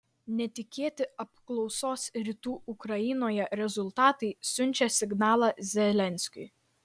netikėti apklausos rytų ukrainoje rezultatai siunčia signalą zelenskiui